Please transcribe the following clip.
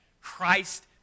Christ